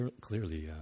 clearly